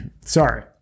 Sorry